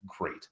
great